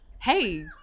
hey